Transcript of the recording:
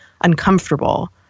uncomfortable